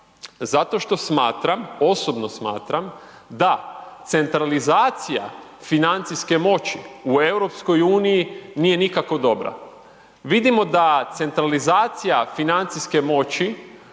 Zato što smatram, osobno smatram da centralizacija financijske moći u EU nije nikako dobra. Vidimo da centralizacija financijske moći